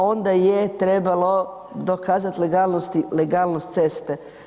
Onda je trebalo dokazati legalnosti, legalnost ceste.